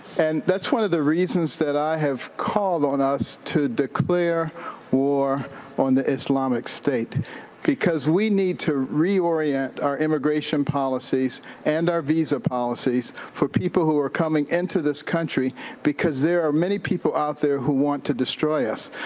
and that's one of the reasons that i have called on us to declare war on the islamic state because we need to reorient our immigration policies and our visa policies for people who are coming into this country because there are many people out there who want to destroy us.